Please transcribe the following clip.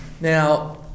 Now